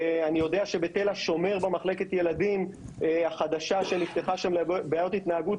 אני יודע שבתל השומר במחלקת ילדים החדשה שנפתחה שם לבעיות התנהגות,